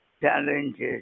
challenges